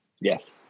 Yes